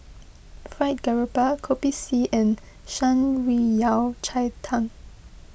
Fried Garoupa Kopi C and Shan Rui Yao Cai Tang